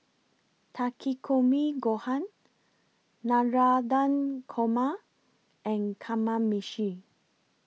Takikomi Gohan Navratan Korma and Kamameshi